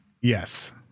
Yes